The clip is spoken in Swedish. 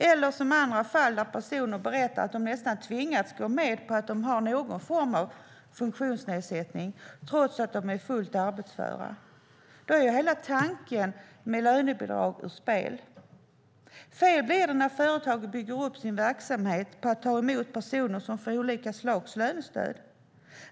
I andra fall har personer berättat att de nästan har tvingats gå med på att de har någon form av funktionsnedsättning trots att de är fullt arbetsföra. Då är hela tanken med lönebidrag satt ur spel. Fel blir det när företag bygger upp sin verksamhet på att ta emot personer som får olika slags lönestöd.